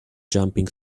jumping